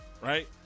right